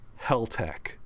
Helltech